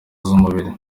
z’umubiri